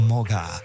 Moga